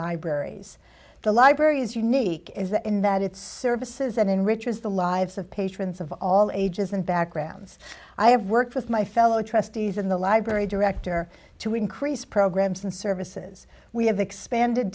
libraries the library is unique is that in that it's services that enriches the lives of patrons of all ages and backgrounds i have worked with my fellow trustees in the library director to increase programs and services we have expanded